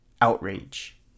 outrage